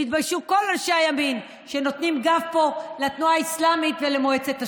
שיתביישו כל אנשי הימין שנותנים גב פה לתנועה האסלאמית ולמועצת השורא.